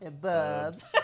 Bubs